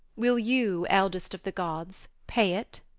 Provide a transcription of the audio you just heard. will you, eldest of the gods, pay it?